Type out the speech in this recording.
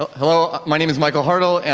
hello, my name is michael hartl. and